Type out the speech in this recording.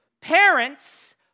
Parents